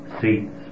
seats